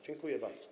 Dziękuję bardzo.